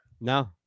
no